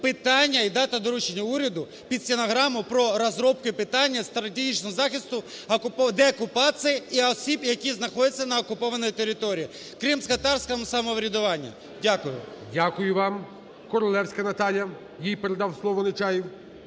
питання і дати доручення уряду під стенограму про розробку питання стратегічного захисту деокупації і осіб, які знаходяться на окупованій території кримськотатарського самоврядування. Дякую. ГОЛОВУЮЧИЙ. Дякую вам. Королевська Наталія. Їй передав слово Нечаєв.